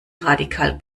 radikal